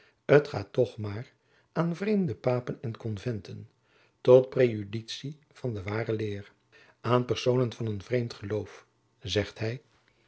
t gaat toch maar aan vreemde papen en konventen tot prejuditie van de ware leer aan personen van een vreemd geloof zegt hij